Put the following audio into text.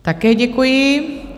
Také děkuji.